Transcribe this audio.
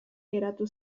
geratu